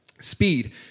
Speed